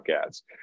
ads